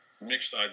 mixed